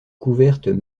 couvertes